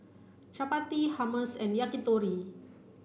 Chapati Hummus and Yakitori